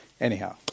Anyhow